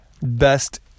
best